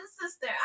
sister